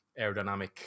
aerodynamic